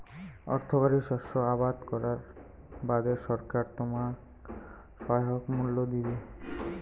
অর্থকরী শস্য আবাদ করার বাদে সরকার তোমাক সহায়ক মূল্য দিবে